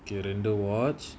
okay ரெண்டு:rendu watch